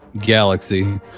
galaxy